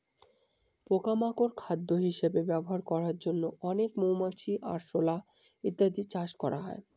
পোকা মাকড় খাদ্য হিসেবে ব্যবহার করার জন্য অনেক মৌমাছি, আরশোলা ইত্যাদি চাষ করা হয়